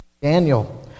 Daniel